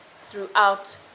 throughout